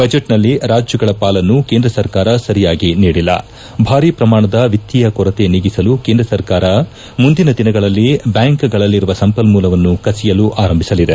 ಬಜೆಟ್ನಲ್ಲಿ ರಾಜ್ಯಗಳ ಪಾಲನ್ನು ಕೇಂದ್ರ ಸರ್ಕಾರ ಸರಿಯಾಗಿ ನೀಡಿಲ್ಲ ಭಾರೀ ಪ್ರಮಾಣದ ವಿತ್ತೀಯ ಕೊರತೆ ನೀಗಿಸಲು ಕೇಂದ್ರ ಸರ್ಕಾರ ಮುಂದಿನ ದಿನಗಳಲ್ಲಿ ಬ್ಲಾಂಕ್ಗಳಲ್ಲಿರುವ ಸಂಪನ್ನೂಲವನ್ನು ಕಸಿಯಲು ಆರಂಭಿಸಲಿದೆ